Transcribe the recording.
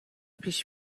پیش